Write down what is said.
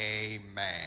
Amen